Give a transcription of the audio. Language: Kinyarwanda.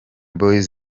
boyz